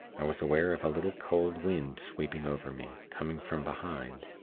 i was aware of a little, cold wind sweeping over me, coming from behind.